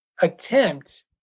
attempt